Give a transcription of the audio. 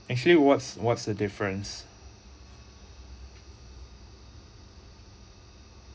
actually what's what's the difference